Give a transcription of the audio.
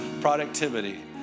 productivity